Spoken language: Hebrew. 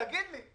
תגיד לי.